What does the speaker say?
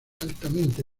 altamente